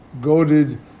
goaded